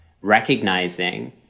recognizing